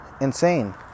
insane